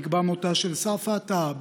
נקבע מותה של ספאא טאהא,